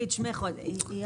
באופן כללי.